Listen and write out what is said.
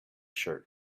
shirt